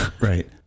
Right